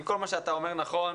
אם כל מה שאתה אומר נכון,